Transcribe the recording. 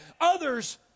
Others